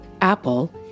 Apple